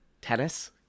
tennis